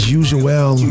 usual